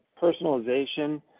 personalization